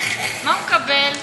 מה הוא מקבל?